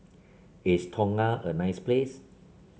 is Tonga a nice place